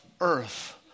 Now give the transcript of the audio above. Earth